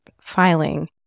filing